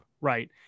right